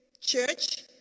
church